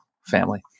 family